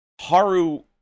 Haru